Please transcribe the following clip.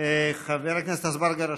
חבר הכנסת אזברגה רשום.